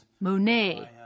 Monet